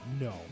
No